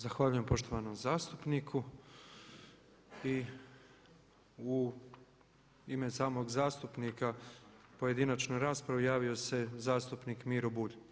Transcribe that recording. Zahvaljujem poštovanom zastupniku i u ime samog zastupnika pojedinačnu raspravu javio se zastupnik Miro Bulj.